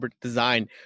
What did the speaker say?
design